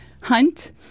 hunt